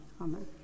Amen